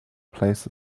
plays